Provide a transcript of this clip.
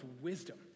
wisdom